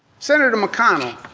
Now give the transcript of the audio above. senator mcconnell,